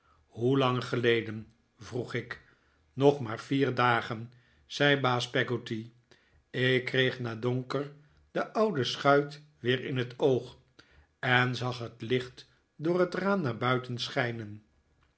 hoelang geleden vroeg ik nog maar vier dagen zei baas peggotty ik kreeg na donker de oude schuit weer in het oog en zag het licht door het raam naar buiten schijnen